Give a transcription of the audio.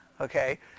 Okay